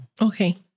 okay